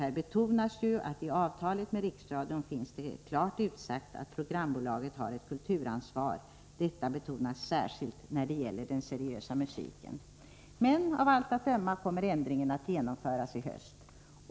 Här betonas ju att det i avtalet med Riksradion finns klart utsagt att programbolaget har ett kulturansvar. Detta betonas särskilt när det gäller den seriösa musiken. Av allt att döma kommer ändringen dock att genomföras i höst.